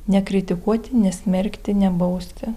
nekritikuoti nesmerkti nebausti